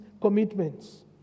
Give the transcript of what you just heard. commitments